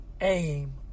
aim